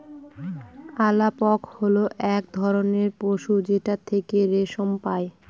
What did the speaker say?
আলাপক হয় এক ধরনের পশু যেটার থেকে রেশম পাই